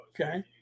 Okay